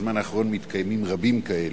ובזמן האחרון מתקיימים רבים כאלה,